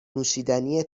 نوشیدنی